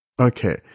okay